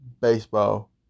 baseball